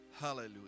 hallelujah